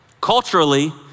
culturally